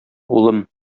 улым